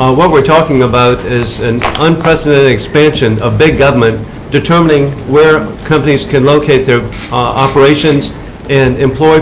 ah what we are talking about is an unprecedented expansion of big government determining where companies can locate their operations and employ